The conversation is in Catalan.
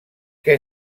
què